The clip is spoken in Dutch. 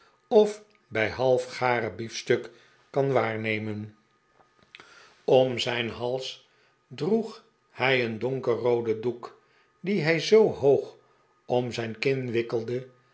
of bij halfgaren biefstuk kan waarnemen om zijn vaderlijke raadgeving hals droeg hij een donkerrooden doek dien hij zoo hoog om zijn kin wikkelde